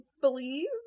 believe